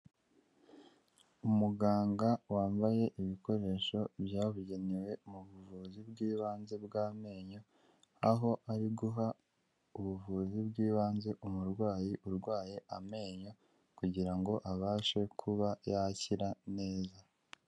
Umuganga wambaye ibikoresho byabugenewe mu buvuzi bw'ibanze bw'amenyo, aho ari guha ubuvuzi bw'ibanze umurwayi urwaye amenyo kugira ngo abashe kuba yakira neza.